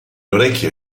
orecchie